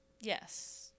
Yes